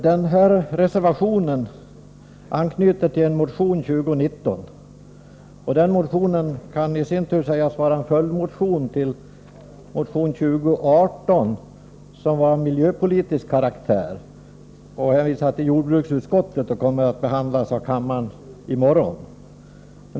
Denna reservation anknyter till motion 2019, som i sin tur kan sägas vara en följdmotion till motion 2018. Den senare motionen, som är av miljöpolitisk karaktär, har hänvisats till jordbruksutskottet och kommer att behandlas i kammaren i morgon.